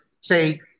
Say